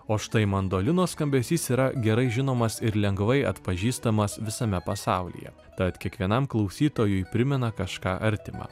o štai mandolinos skambesys yra gerai žinomas ir lengvai atpažįstamas visame pasaulyje tad kiekvienam klausytojui primena kažką artima